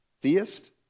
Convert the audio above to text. theist